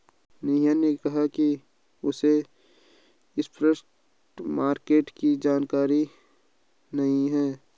नेहा ने कहा कि उसे स्पॉट मार्केट की जानकारी नहीं है